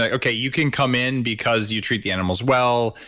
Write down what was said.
ah okay, you can come in because you treat the animals well,